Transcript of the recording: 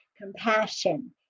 compassion